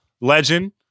legend